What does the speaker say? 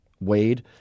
wade